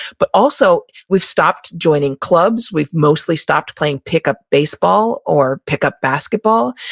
but also we've stopped joining clubs. we've mostly stopped playing pick-up baseball or pick-up basketball.